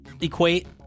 equate